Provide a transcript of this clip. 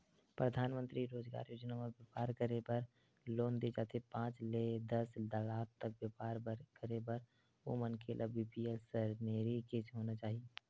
परधानमंतरी रोजगार योजना म बेपार करे बर लोन दे जाथे पांच ले दस लाख तक बेपार करे बर ओ मनखे ल बीपीएल सरेनी के होना चाही